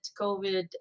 covid